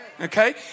okay